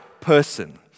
person